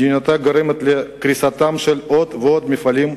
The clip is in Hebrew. מדיניותה גורמת לקריסתם של עוד ועוד מפעלים,